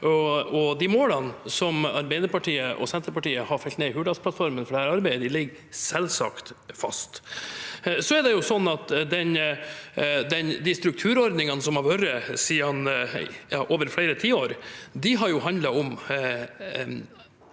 De målene som Arbeiderpartiet og Senterpartiet har nedfelt i Hurdalsplattformen for dette arbeidet, ligger selvsagt fast. De strukturordningene som har vært over flere tiår, har handlet om